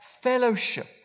fellowship